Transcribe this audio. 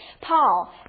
Paul